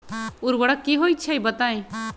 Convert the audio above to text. उर्वरक की होई छई बताई?